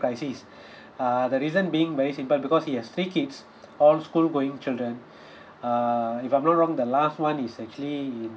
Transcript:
crisis uh the reason being very simple because he has three kids all school going children uh if I'm not wrong the last one is actually in